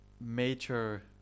major